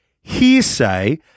hearsay